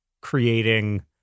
creating